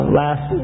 last